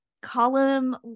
column